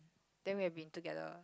then we had been together